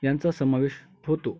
यांचा समावेश होतो